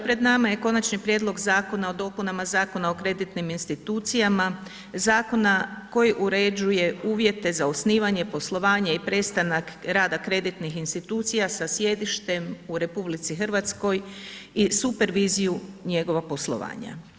Pred nama je Konačni prijedlog Zakona o dopunama Zakona o kreditnim institucijama, zakona koji uređuje uvjete za osnivanje, poslovanje i prestanak rada kreditnih institucija sa sjedištem u RH i superviziju njegovog poslovanja.